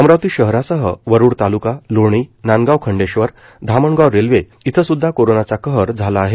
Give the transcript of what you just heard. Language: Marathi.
अमरावती शहरासह वरुड ताल्का लोणी नांदगाव खंडेश्वर धामणगाव रेल्वे इथं सुदधा कोरोनाचा कहर झाला आहे